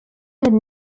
had